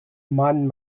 man